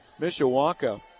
Mishawaka